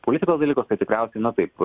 politikos dalykus tai tikriausiai na taip